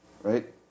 right